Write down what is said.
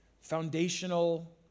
foundational